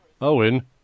Owen